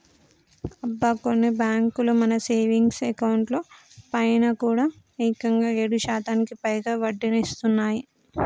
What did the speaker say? అబ్బా కొన్ని బ్యాంకులు మన సేవింగ్స్ అకౌంట్ లో పైన కూడా ఏకంగా ఏడు శాతానికి పైగా వడ్డీనిస్తున్నాయి